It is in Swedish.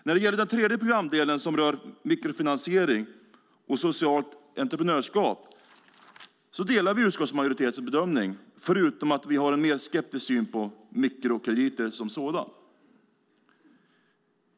När det gäller den tredje programdelen, som rör mikrofinansiering och socialt entreprenörskap, delar vi utskottsmajoritetens bedömning, förutom att vi har en mer skeptisk syn på mikrokrediter som sådana.